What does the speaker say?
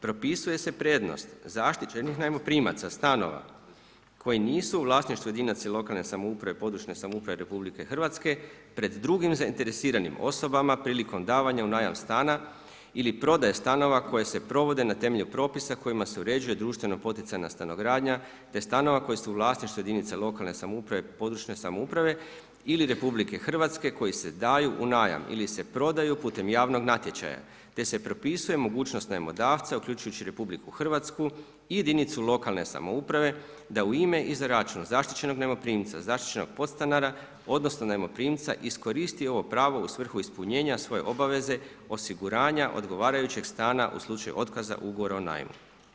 Propisuje se prednost zaštićenih najmoprimaca stanova koji nisu u vlasništvu jedinice lokalne samouprave, područne samouprave Republike Hrvatske pred drugim zainteresiranim osobama prilikom davanja u najam stana ili prodaje stanova koje se provode na temelju propisa kojima se uređuje društveno poticajna stanogradnja, te stanova koji su u vlasništvu jedinica lokalne samouprave, područne samouprave ili Republike Hrvatske koji se daju u najam ili se prodaju putem javnog natječaja, te se propisuje mogućnost najmodavca uključujući i Republiku Hrvatsku i jedinicu lokalne samouprave da u ime i za račun zaštićenog najmoprimca, zaštićenog podstanara odnosno najmoprimca iskoristiti ovo pravo u svrhu ispunjenja svoje obaveze osiguranja odgovarajućeg stana u slučaju otkaza ugovora o najmu.